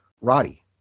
Roddy